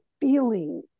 feeling